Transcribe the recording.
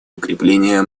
укрепление